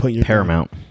Paramount